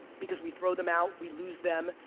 because we throw them out, we lose them,